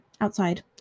outside